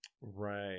Right